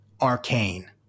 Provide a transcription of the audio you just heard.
Arcane